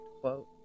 quote